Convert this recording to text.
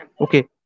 Okay